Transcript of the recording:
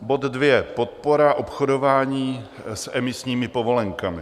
Bod 2. Podpora obchodování s emisními povolenkami.